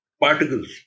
particles